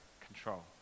control